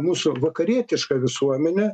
mūsų vakarietišką visuomenę